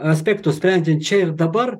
aspektus sprendžiant čia ir dabar